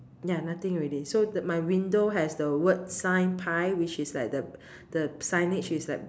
ya nothing already so th~ my window has the word sign pie which is like the the signage is like